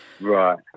Right